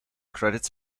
credits